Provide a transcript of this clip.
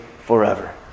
forever